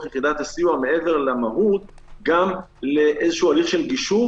יחידת הסיוע מעבר למהות גם לאיזשהו הליך של גישור,